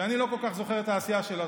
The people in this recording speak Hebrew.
שאני לא כל כך זוכר את העשייה שלו.